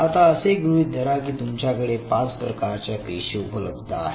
आता असे गृहीत धरा की तुमच्याकडे पाच प्रकारच्या पेशी उपलब्ध आहेत